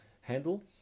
handle